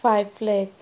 five lakh